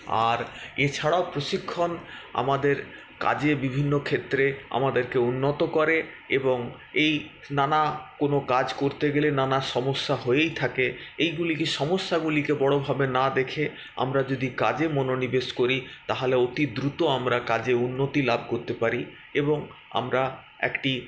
আর এ ছাড়াও প্রশিক্ষণ আমাদের কাজে বিভিন্নক্ষেত্রে আমাদেরকে উন্নত করে এবং এই নানা কোনও কাজ করতে গেলে নানা সমস্যা হয়েই থাকে এইগুলিকে সমস্যাগুলিকে বড়োভাবে না দেখে আমরা যদি কাজে মনোনিবেশ করি তাহলে অতি দ্রুত আমরা কাজে উন্নতি লাভ করতে পারি এবং আমরা একটি